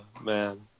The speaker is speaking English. man